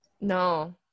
no